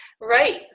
Right